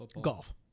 Golf